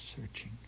Searching